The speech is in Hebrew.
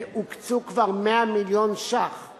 הוקצו כבר 100 מיליון שקלים